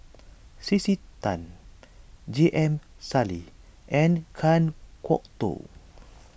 C C Tan J M Sali and Kan Kwok Toh